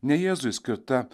ne jėzui skirta